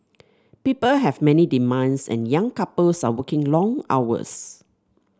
people have many demands and young couples are working long hours